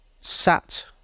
sat